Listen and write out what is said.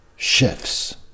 shifts